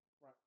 Right